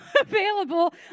available